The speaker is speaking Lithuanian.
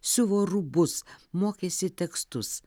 siuvo rūbus mokėsi tekstus